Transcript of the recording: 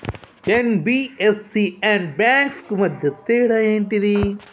NBFC and banks కు మధ్య తేడా ఏంటిది?